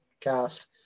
cast